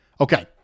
Okay